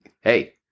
hey